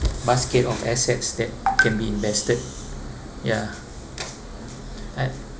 basket of assets that can be invested ya I